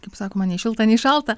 kaip sakoma nei šilta nei šalta